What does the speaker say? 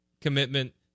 commitment